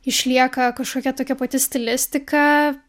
išlieka kažkokia tokia pati stilistika